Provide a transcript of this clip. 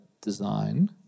design